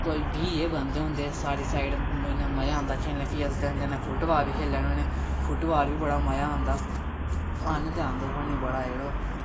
कोई बीह् गै बंदे होंदे साढ़ी साइड इन्ना मज़ा आंदा खेलने गी फ्ही अस कदें कदें फुट बाल बी खेली लैन्ने होन्ने फुट बाल बी बड़ा मज़ा आंदा ते आंदा सानू बड़ा यरो